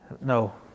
No